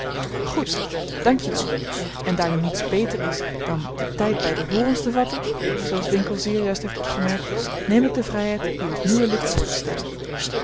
goed dank je wel en daar nu niets beter is dan den tijd bij de horens te vatten zooals winkle zeer juist heeft opgemerkt neem ik de vrijheid u het nieuwe lid voor te stellen